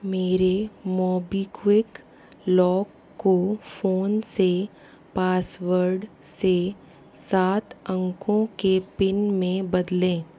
मेरे MobiKwik lock को phone से पासवर्ड से सात अंकों के पिन में बदलें